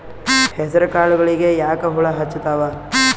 ಹೆಸರ ಕಾಳುಗಳಿಗಿ ಯಾಕ ಹುಳ ಹೆಚ್ಚಾತವ?